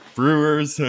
Brewers